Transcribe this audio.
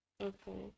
okay